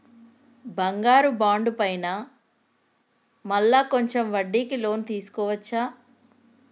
బంగారు బాండు పైన మళ్ళా కొంచెం వడ్డీకి లోన్ తీసుకోవచ్చా?